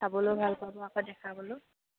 চাবলৈয়ো ভাল পাব আকৌ দেখাবলৈয়ো